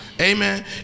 amen